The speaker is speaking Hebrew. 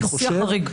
הוא שיא החריג.